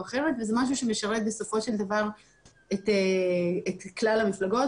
אחרת וזה משהו שמשרת בסופו של דבר את כלל המפלגות,